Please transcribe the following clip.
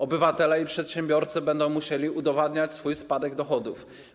Obywatele i przedsiębiorcy będą musieli udowadniać swój spadek dochodów.